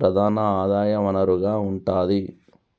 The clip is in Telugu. ప్రధాన ఆదాయ వనరుగా ఉంటాది